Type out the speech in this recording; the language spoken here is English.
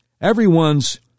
everyone's